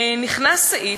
נכנס סעיף,